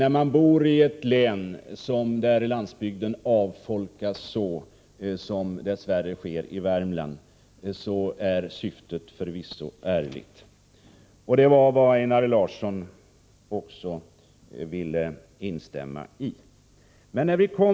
När man bori ett län där landsbygden avfolkas, så som dess värre sker i Värmland, har man förvisso ärliga avsikter. Det underströks ju också av Einar Larsson.